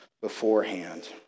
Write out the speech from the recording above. beforehand